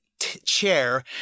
chair